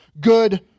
good